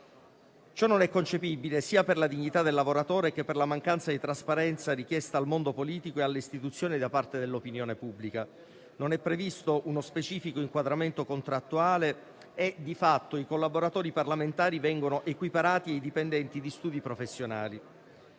Ciò non è concepibile, sia per la dignità del lavoratore sia per la mancanza di trasparenza, richiesta invece al mondo politico e alle Istituzioni da parte dell'opinione pubblica. Non è previsto uno specifico inquadramento contrattuale e di fatto i collaboratori parlamentari vengono equiparati ai dipendenti di studi professionali.